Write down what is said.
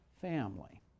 family